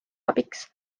abiks